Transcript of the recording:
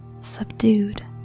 subdued